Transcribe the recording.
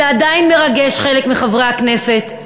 זה עדיין מרגש חלק מחברי הכנסת,